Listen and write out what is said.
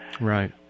Right